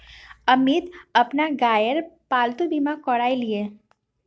अमित अपना गायेर पालतू बीमा करवाएं लियाः